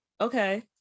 Okay